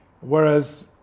Whereas